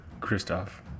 Christoph